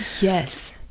Yes